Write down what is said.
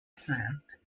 plant